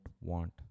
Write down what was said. want